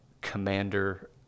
commander